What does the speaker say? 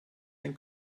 den